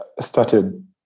started